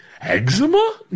eczema